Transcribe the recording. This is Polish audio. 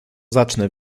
zacznę